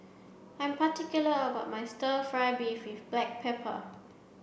I am particular about my stir fry beef with black pepper